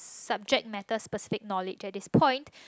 subject matter specific knowledge at this point